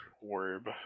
orb